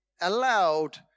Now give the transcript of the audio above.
allowed